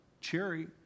Cherry